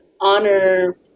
honor